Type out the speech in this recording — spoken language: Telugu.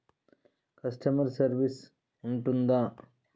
కస్టమర్ సర్వీస్ ఉంటుందా?